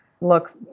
look